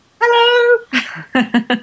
Hello